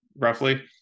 roughly